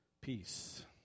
Peace